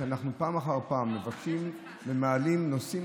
שאנחנו פעם אחר פעם מבקשים ומעלים נושאים